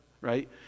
right